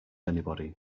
anybody